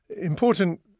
Important